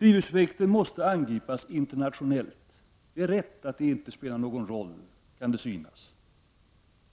Drivhuseffekten måste angripas internationellt. Det är riktigt att det inte synes spela någon roll